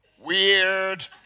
Weird